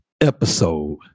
episode